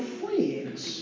friends